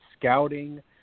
scouting